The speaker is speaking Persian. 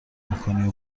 میکنی